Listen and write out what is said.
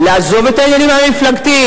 יסביר אולי מה מדיניות הממשלה,